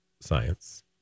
science